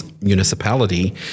municipality